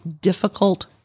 difficult